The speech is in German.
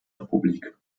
republik